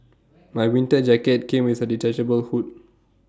my winter jacket came with A detachable hood